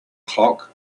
clock